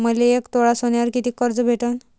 मले एक तोळा सोन्यावर कितीक कर्ज भेटन?